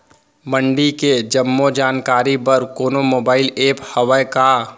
मंडी के जम्मो जानकारी बर कोनो मोबाइल ऐप्प हवय का?